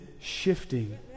shifting